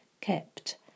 Kept